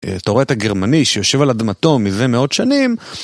אתה רואה את הגרמני שיושב על אדמתו מזה מאות שנים.